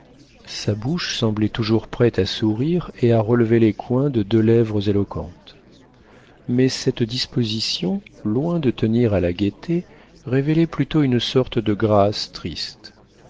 sa bouche semblait toujours prête à sourire et à relever les coins de deux lèvres éloquentes mais cette disposition loin de tenir à la gaieté révélait plutôt une sorte de grâce triste